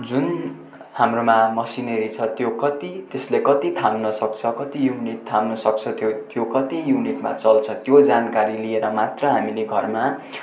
जुन हाम्रोमा मसिनेरी छ त्यो कति त्यसले कति थाम्न सक्छ कति युनिट थाम्न सक्छ त्यो त्यो कति युनिटमा चल्छ त्यो जानकारी लिएर मात्र हामीले घरमा